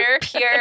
pure